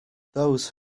those